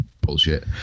bullshit